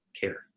care